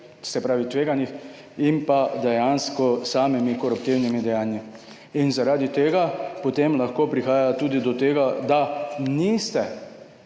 se pravi tveganjih in pa dejansko samimi koruptivnimi dejanji. In zaradi tega potem lahko prihaja tudi do tega, da niste